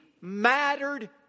mattered